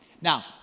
Now